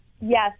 Yes